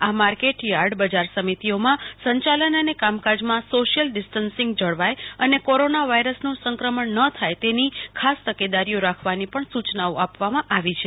આ market yard બજાર સમિતિઓના સંચાલન અને કામકાજમાં સોશ્યલ ડિસ્ટંસિંગ જળવાય અને કોરોના વાયરસનું સંક્રમણ ન થાય તેની ખાસતકેદારીઓ રાખવાની પણ સૂચનાઓ આપવામાં આવી છે